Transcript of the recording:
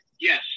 Yes